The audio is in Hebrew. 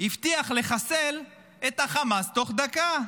הבטיח לחסל את החמאס בתוך דקה.